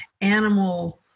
animal